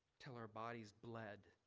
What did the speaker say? til our bodies bled.